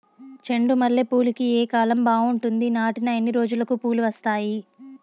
చెండు మల్లె పూలుకి ఏ కాలం బావుంటుంది? నాటిన ఎన్ని రోజులకు పూలు వస్తాయి?